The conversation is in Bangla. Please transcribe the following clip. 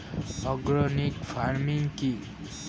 অর্গানিক ফার্মিং কি?